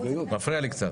מפריעה לי קצת.